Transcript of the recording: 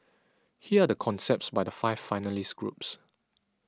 here are the concepts by the five finalist groups